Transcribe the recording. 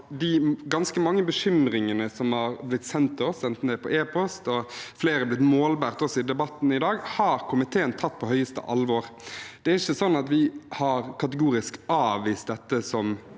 de ganske mange bekymringene som har blitt sendt til oss, enten det er på e-post eller de har blitt målbåret av flere av oss i debatten i dag, har komiteen tatt på høyeste alvor. Det er ikke sånn at vi kategorisk har avvist dette som